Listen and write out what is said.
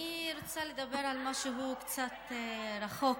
אני רוצה לדבר על משהו קצת רחוק,